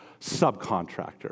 subcontractor